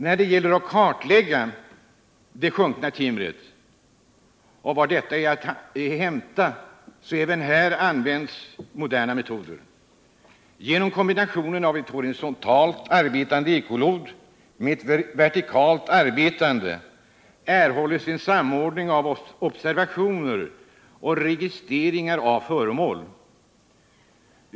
Då det gäller kartläggningen av var det sjunkna timret finns att hämta används även här moderna metoder. Genom kombinationen av ett horisontalt arbetande ekolod med ett vertikalt arbetande ekolod erhålls en samordning av observationer och registreringar av föremål.